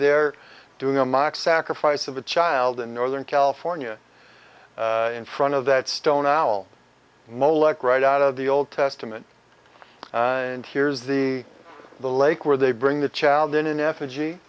there doing a mock sacrifice of a child in northern california in front of that stone owl molech right out of the old testament and here's the the lake where they bring the child in an effigy